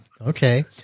Okay